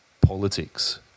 politics